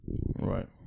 Right